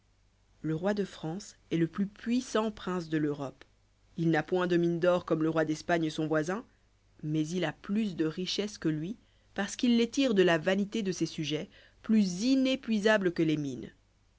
le roi de france est le plus puissant prince de l'europe il n'a point de mines d'or comme le roi d'espagne son voisin mais il a plus de richesses que lui parce qu'il les tire de la vanité de ses sujets plus inépuisable que les mines